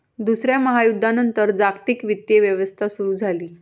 दुसऱ्या महायुद्धानंतर जागतिक वित्तीय व्यवस्था सुरू झाली